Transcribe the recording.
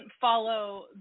follow